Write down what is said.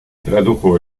tradujo